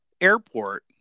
airport